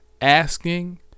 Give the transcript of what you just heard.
asking